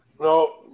No